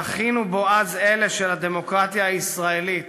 יכין ובועז אלה של הדמוקרטיה הישראלית